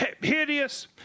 hideous